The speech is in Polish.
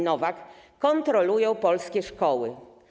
Nowak kontrolują polskie szkoły.